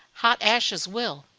hot ashes will.